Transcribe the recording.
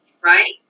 Right